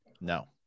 No